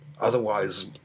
otherwise